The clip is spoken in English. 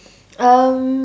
um